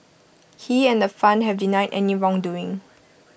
he and the fund have denied any wrongdoing